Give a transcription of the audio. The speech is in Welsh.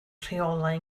rheolau